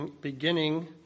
beginning